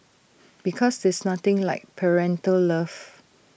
because there's nothing like parental love